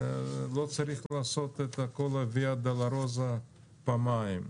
לא צריך לעשות את כל הוויה דולורוזה פעמיים.